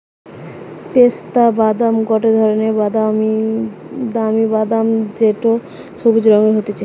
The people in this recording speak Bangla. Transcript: পেস্তা বাদাম গটে ধরণের দামি বাদাম যেটো সবুজ রঙের হতিছে